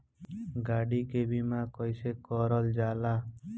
गाड़ी के बीमा कईसे करल जाला?